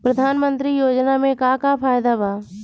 प्रधानमंत्री योजना मे का का फायदा बा?